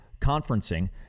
conferencing